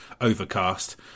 overcast